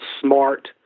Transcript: smart